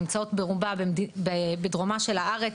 נמצאות ברובה בדרומה של הארץ.